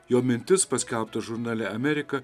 jo mintis paskelbtas žurnale amerika